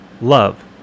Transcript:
love